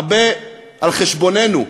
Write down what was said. הרבה על חשבוננו?